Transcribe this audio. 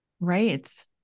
Right